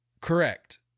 Correct